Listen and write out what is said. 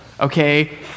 Okay